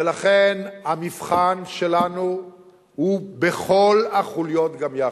ולכן, המבחן שלנו הוא בכל החוליות גם יחד.